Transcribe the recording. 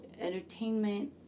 entertainment